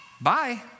bye